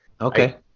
Okay